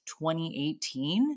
2018